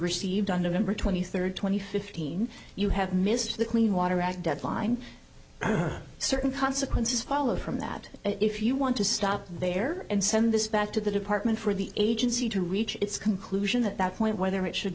received on november twenty third twenty fifteen you have missed the clean water act deadline certain consequences follow from that if you want to stop there and send this back to the department for the agency to reach its conclusion that that point whether it should